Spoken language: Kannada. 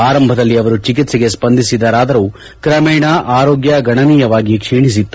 ಆರಂಭದಲ್ಲಿ ಅವರು ಚೆಕಿತ್ಸೆಗೆ ಸ್ಪಂದಿಸಿದರಾದರೂ ಕ್ರಮೇಣ ಆರೋಗ್ಯ ಗಣನೀಯವಾಗಿ ಕ್ಷೀಣಿಸಿತ್ತು